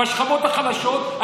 בשכבות החלשות,